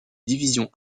divisions